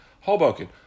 Hoboken